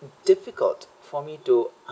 difficult for me to